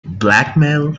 blackmail